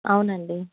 అవునండి